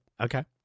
Okay